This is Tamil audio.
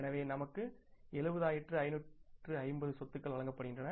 எனவே நமக்கு 70550 சொத்துக்கள் வழங்கப்படுகின்றன